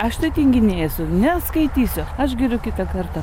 aš tai tinginė esu neskaitysiu aš geriau kitą kartą